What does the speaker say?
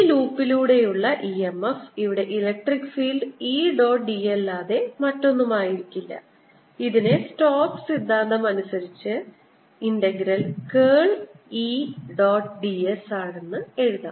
ഈ ലൂപ്പിലൂടെയുള്ള EMF ഇവിടെ electric field E dot dl അല്ലാതെ മറ്റൊന്നുമായിരിക്കില്ല ഇതിനെ സ്റ്റോക്സ് സിദ്ധാന്തം അനുസരിച്ച് integral curl E dot ds ആണെന്ന് എഴുതാം